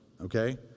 Okay